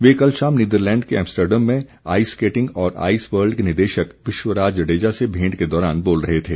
वे कल शाम नीदरलैंड के एमस्टरडैम में आईस स्केटिंग और आईस वर्ल्ड के निदेशक विश्वराज जडेजा से भेंट के दौरान बोल रहे थे